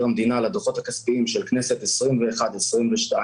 המדינה על הדוחות הכספיים של הכנסת ה-21 וה-22,